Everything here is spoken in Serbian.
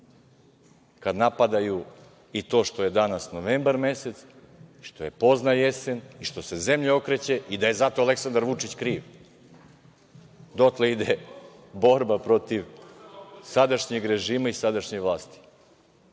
kad napadaju i to što je danas novembar mesec, što je pozna jesen i što se zemlja okreće i da je zato Aleksandar Vučić kriv. Dotle ide borba protiv sadašnjeg režima i sadašnje vlasti.